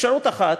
אפשרות אחת,